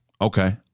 Okay